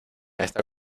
está